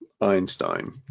Einstein